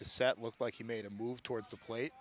to set looked like he made a move towards the plate